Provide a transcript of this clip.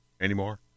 anymore